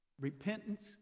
Repentance